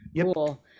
Cool